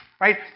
right